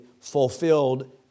fulfilled